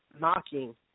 knocking